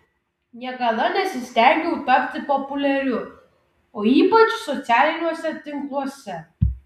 niekada nesistengiau tapti populiariu o ypač socialiniuose tinkluose